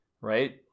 Right